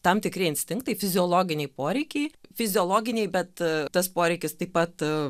tam tikri instinktai fiziologiniai poreikiai fiziologiniai bet tas poreikis taip pat